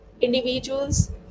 individuals